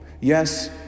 yes